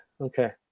Okay